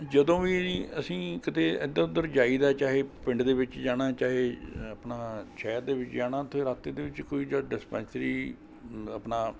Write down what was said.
ਜਦੋਂ ਵੀ ਅਸੀਂ ਕਿਤੇ ਇੱਧਰ ਉੱਧਰ ਜਾਈ ਦਾ ਚਾਹੇ ਪਿੰਡ ਦੇ ਵਿੱਚ ਜਾਣਾ ਚਾਹੇ ਆਪਣਾ ਸ਼ਹਿਰ ਦੇ ਵਿੱਚ ਜਾਣਾ ਅਤੇ ਰਸਤੇ ਦੇ ਵਿੱਚ ਕੋਈ ਜਦ ਡਿਸਪੈਂਸਰੀ ਆਪਣਾ